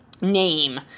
name